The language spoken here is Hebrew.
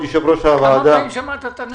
כמה פעמים שמעת את הנאום הזה?